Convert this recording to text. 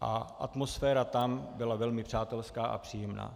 a atmosféra tam byla velmi a přátelská a příjemná.